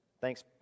thanks